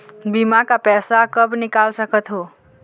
बीमा का पैसा कब निकाल सकत हो?